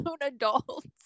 adults